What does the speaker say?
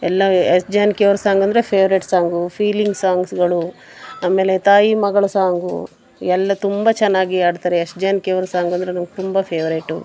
ಎಲ್ಲ ಎಸ್ ಜಾನಕಿಯವ್ರ ಸಾಂಗ್ ಅಂದರೆ ಫೆವ್ರೇಟ್ ಸಾಂಗು ಫೀಲಿಂಗ್ ಸಾಂಗ್ಸ್ಗಳು ಆಮೇಲೆ ತಾಯಿ ಮಗಳ ಸಾಂಗು ಎಲ್ಲ ತುಂಬ ಚೆನ್ನಾಗಿ ಹಾಡ್ತಾರೆ ಎಸ್ ಜಾನಕಿಯವ್ರ ಸಾಂಗ್ ಅಂದರೆ ನಂಗೆ ತುಂಬ ಫೆವ್ರೇಟು